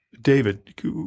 David